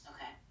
Okay